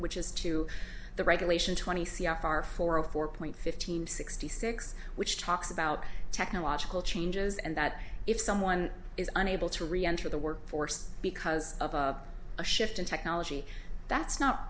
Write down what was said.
which is to the regulation twenty c f r for a four point fifteen sixty six which talks about technological changes and that if someone is unable to reenter the workforce because of a shift in technology that's not